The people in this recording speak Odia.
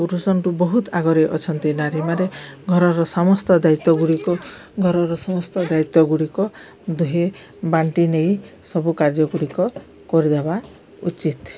ପୁରୁଷ ଠୁ ବହୁତ ଆଗରେ ଅଛନ୍ତି ନାରୀମାନେ ଘରର ସମସ୍ତ ଦାୟିତ୍ୱ ଗୁଡ଼ିକ ଘରର ସମସ୍ତ ଦାୟିତ୍ୱ ଗୁଡ଼ିକ ଦୁହେଁ ବାଣ୍ଟି ନେଇ ସବୁ କାର୍ଯ୍ୟ ଗୁଡ଼ିକ କରିଦେବା ଉଚିତ